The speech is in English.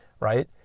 right